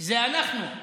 שזה אנחנו.